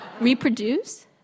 Reproduce